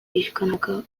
pixkanaka